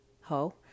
Ho